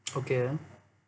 okay